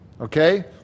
Okay